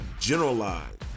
generalized